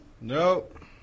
Nope